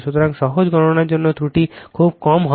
সুতরাং সহজ গণনার জন্য ত্রুটি খুব কম হবে